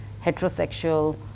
heterosexual